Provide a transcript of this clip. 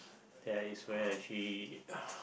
there is where actually